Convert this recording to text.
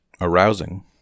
arousing